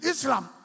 Islam